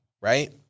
right